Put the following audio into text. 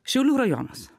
šiaulių rajonas